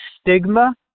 stigma